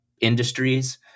industries